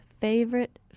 favorite